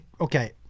okay